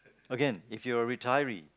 again if you're retiree